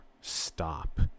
stop